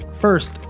First